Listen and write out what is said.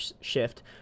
shift